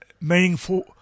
meaningful